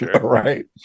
right